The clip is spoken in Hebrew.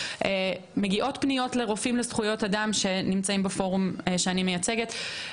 מגיעות פניות לרופאים לזכויות אדם שנמצאים בפורום שאני מייצגת.